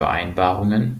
vereinbarungen